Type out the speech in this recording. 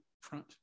front